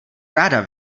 ráda